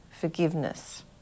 forgiveness